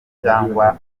cyangwa